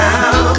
Now